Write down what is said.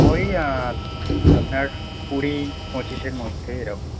ওই আপনার কুড়ি পঁচিশের মধ্যে এরকম